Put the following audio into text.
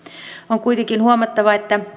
on kuitenkin huomattava että